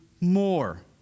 more